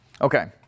Okay